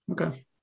Okay